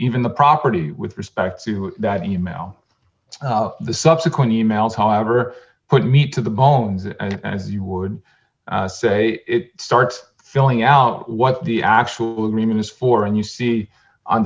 even the property with respect to that email the subsequent email to ever put me to the bones as you would say it starts filling out what the actual agreement is for and you see on